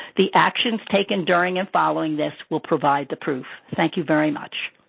the actions taken during and following this will provide the proof. thank you very much.